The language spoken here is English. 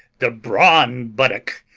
the brawn buttock,